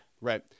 Right